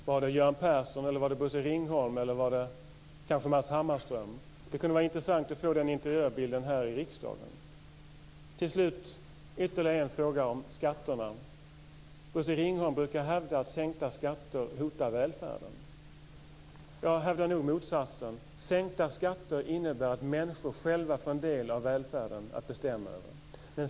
Var det Göran Persson, var det Bosse Ringholm eller var det kanske Matz Hammarström? Det kunder vara intressant att få den interiörbilden här i riksdagen. Till slut ytterligare en fråga om skatterna. Bosse Ringholm brukar hävda att sänkta skatter hotar välfärden. Jag hävdar nog motsatsen. Sänkta skatter innebär att människor själva får en del av välfärden att bestämma över.